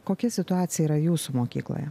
kokia situacija yra jūsų mokykloje